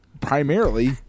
primarily